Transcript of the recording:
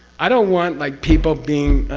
i don't want like people being.